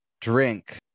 drink